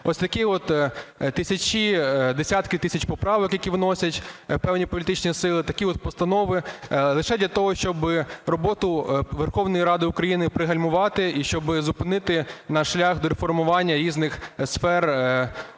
Ось такі тисячі, десятки тисяч поправок, які вносять певні політичні сили, такі от постанови лише для того, щоб роботу Верховної Ради України пригальмувати і щоб зупинити наш шлях до реформування різних сфер економіки